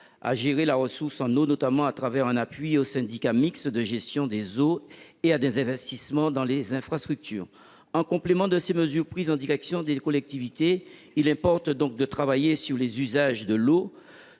à gérer la ressource au travers d’un appui aux syndicats mixtes de gestion des eaux et d’investissements dans les infrastructures. En complément de ces mesures prises en direction des collectivités, il importe de travailler sur les usages de l’eau.